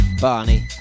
Barney